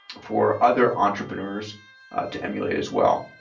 for other entrepreneurs to emulate as well.